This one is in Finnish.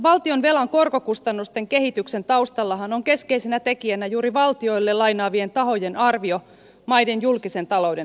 valtionvelan korkokustannusten kehityksen taustallahan on keskeisenä tekijänä juuri valtioille lainaavien tahojen arvio maiden julkisen talouden hoidosta